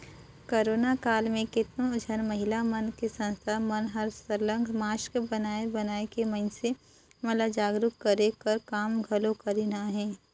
corona काल म केतनो झन महिला मन के संस्था मन हर सरलग मास्क बनाए बनाए के मइनसे मन ल जागरूक करे कर काम घलो करिन अहें